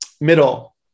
middle